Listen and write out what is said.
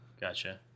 Gotcha